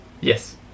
Yes